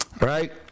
right